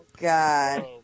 god